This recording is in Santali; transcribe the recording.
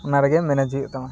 ᱚᱱᱟ ᱨᱮᱜᱮ ᱢᱮᱱᱮᱡᱽ ᱦᱩᱭᱩᱜ ᱛᱟᱢᱟ